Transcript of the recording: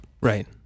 Right